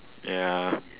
ya